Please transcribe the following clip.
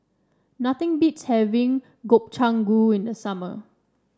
nothing beats having Gobchang Gui in the summer